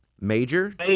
Major